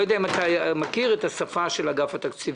יודע אם אתה מכיר את השפה של אגף התקציבים.